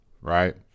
right